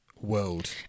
world